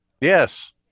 yes